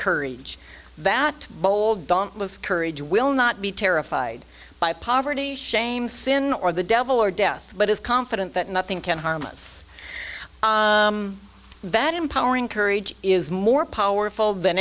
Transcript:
courage that bold dauntless courage will not be terrified by poverty shame sin or the devil or death but is confident that nothing can harm us that empowering courage is more powerful than